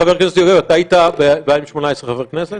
חבר הכנסת יוגב, אתה היית ב-2018 חבר כנסת?